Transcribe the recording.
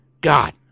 god